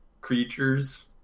creatures